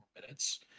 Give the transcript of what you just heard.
minutes